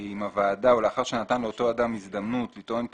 עם הוועדה ולאחר שנתן לאותו אדם הזדמנות לטעון את